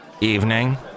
evening